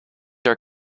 are